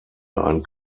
ein